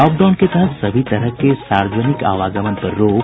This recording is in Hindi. लॉकडाउन के तहत सभी तरह के सार्वजनिक आवागमन पर रोक